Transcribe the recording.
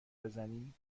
بزنی